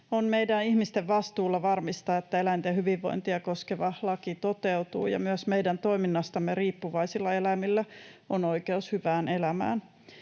On meidän ihmisten vastuulla varmistaa, että eläinten hyvinvointia koskeva laki toteutuu ja myös meidän toiminnastamme riippuvaisilla eläimillä on oikeus hyvään elämään.